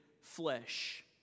flesh